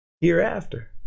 hereafter